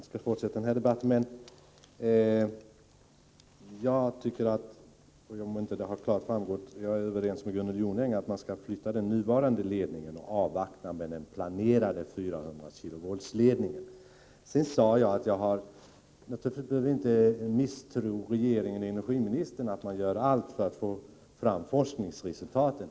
Herr talman! För den händelse det inte klart har framgått vill jag bara säga att jag är överens med Gunnel Jonäng om att man bör flytta den nuvarande ledningen och avvakta med den planerade 400 kV-ledningen. Jag tvivlar inte på att regeringen och energiministern gör allt för att få fram forskningsresultaten.